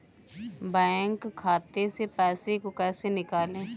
Bank खाते से पैसे को कैसे निकालें?